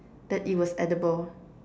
that it was edible